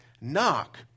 knock